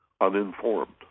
uninformed